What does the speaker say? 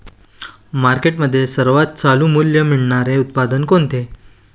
मार्केटमध्ये सर्वात चालू मूल्य मिळणारे उत्पादन कोणते?